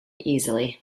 easily